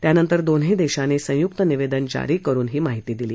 त्यानंतर दोन्ही देशांनी संयुक निवेदन जारी करून ही माहिती दिली